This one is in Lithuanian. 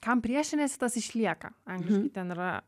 kam priešiniesi tas išlieka angliškai ten yra